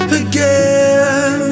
again